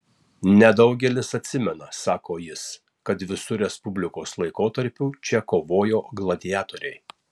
nedaugelis atsimena sako jis kad visu respublikos laikotarpiu čia kovojo gladiatoriai